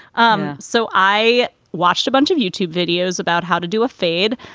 um so i watched a bunch of youtube videos about how to do a fade.